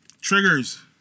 triggers